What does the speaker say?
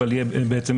אבל יהיה תעמולה.